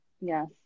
Yes